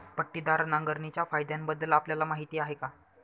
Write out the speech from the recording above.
पट्टीदार नांगरणीच्या फायद्यांबद्दल आपल्याला माहिती आहे का?